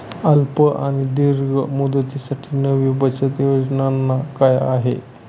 अल्प आणि दीर्घ मुदतीसाठी नवी बचत योजना काय आहे?